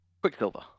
Quicksilver